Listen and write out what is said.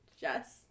Jess